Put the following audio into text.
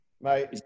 mate